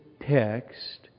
text